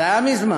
זה היה מזמן,